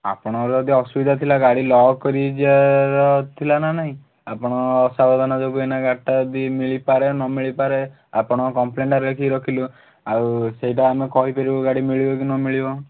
ଆପଣଙ୍କର ଯଦି ଅସୁବିଧା ଥିଲା ଗାଡ଼ି ଲକ୍ କରିକି ଯିବାର ଥିଲା ନା ନାଇଁ ଆପଣ ଅସାବଧାନ ଯୋଗୁଁ ଏଇନା ଗାଡ଼ିଟା ଯଦି ମିଳିପାରେ ନ ମିଳିପାରେ ଆପଣଙ୍କ କମ୍ପ୍ଲେନ୍ଟା ଲେଖିକି ରଖିଲୁ ଆଉ ସେଇଟା ଆମେ କହିପାରିବୁ ଗାଡ଼ି ମିଳିବ କି ନ ମିଳିବ